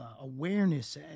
awareness